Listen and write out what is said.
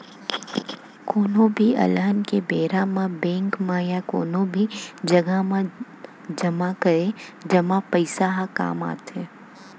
कोनो भी अलहन के बेरा म बेंक म या कोनो भी जघा म जमा करे जमा पइसा ह काम आथे